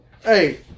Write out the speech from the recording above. Hey